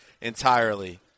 entirely